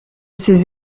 ses